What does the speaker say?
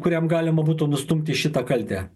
kuriam galima būtų nustumti šitą kaltę